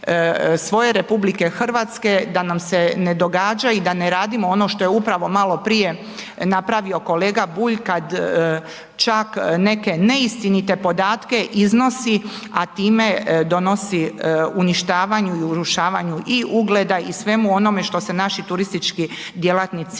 svoje sredine, svoje RH da nam se ne događa i da ne radimo ono što je upravo malo prije napravio kolega Bulj kad čak neke neistinite podatke iznosi a time donosi uništavanju i urušavanju i ugleda i svemu onome što se naši turistički djelatnici